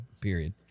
period